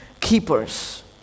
keepers